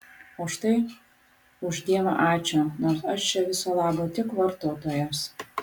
o štai už dievą ačiū nors aš čia viso labo tik vartotojas